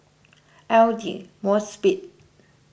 Aidli Mosbit